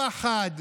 פחד,